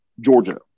Georgia